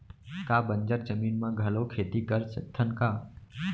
का बंजर जमीन म घलो खेती कर सकथन का?